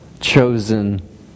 chosen